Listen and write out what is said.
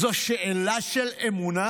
זאת שאלה של אמונה